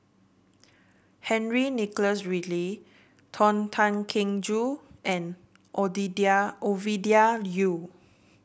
Henry Nicholas Ridley Tony Tan Keng Joo and Odidia Ovidia Yu